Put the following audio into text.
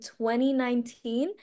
2019